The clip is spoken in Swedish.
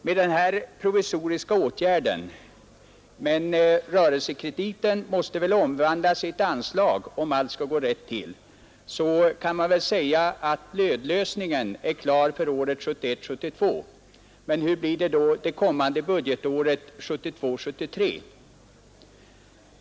Med denna provisoriska åtgärd — rörelsekrediten måste väl dock omvandlas i ett anslag om allt skall gå rätt till — kan man säga att nödlösningen är klar för året 1971 73?